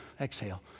Exhale